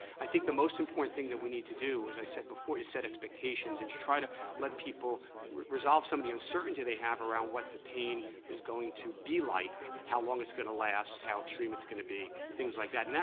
i think the most important thing that we need to do as i said before, is set expectations and to try to let people resolve some of the uncertainty they have around what the pain is going to be like. how long it's gonna last, how treatment's gonna be, things like that. and